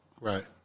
Right